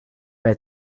bei